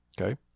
okay